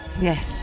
Yes